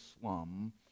slum